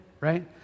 right